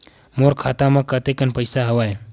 मोर खाता म कतेकन पईसा हवय?